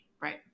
right